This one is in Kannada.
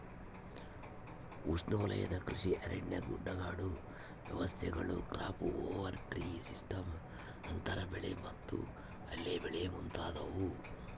ಉಷ್ಣವಲಯದ ಕೃಷಿ ಅರಣ್ಯ ಗುಡ್ಡಗಾಡು ವ್ಯವಸ್ಥೆಗಳು ಕ್ರಾಪ್ ಓವರ್ ಟ್ರೀ ಸಿಸ್ಟಮ್ಸ್ ಅಂತರ ಬೆಳೆ ಮತ್ತು ಅಲ್ಲೆ ಬೆಳೆ ಮುಂತಾದವು